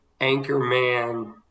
Anchorman